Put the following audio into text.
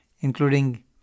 including